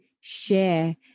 share